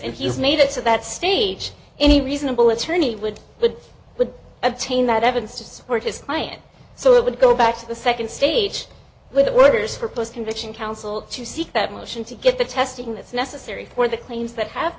if you've made it to that stage any reasonable attorney would but would obtain that evidence to support his client so it would go back to the second stage with the workers for post conviction counsel to seek that motion to get the testing that's necessary for the claims that have